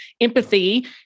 empathy